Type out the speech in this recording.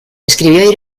escribió